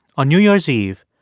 on new year's eve,